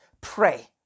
pray